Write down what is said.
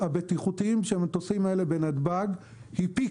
הבטיחותיים עם המטוסים האלה בנתב"ג פי